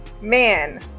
man